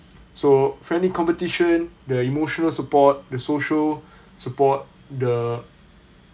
so friendly competition the emotional support the social support the